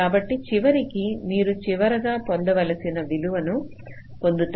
కాబట్టి చివరికి మీరు చివరగా పొందవలసిన విలువలను పొందుతారు